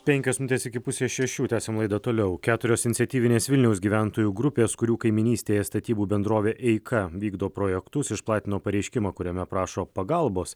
penkios minutės iki pusės šešių tęsiam laidą toliau keturios iniciatyvinės vilniaus gyventojų grupės kurių kaimynystėje statybų bendrovė eika vykdo projektus išplatino pareiškimą kuriame prašo pagalbos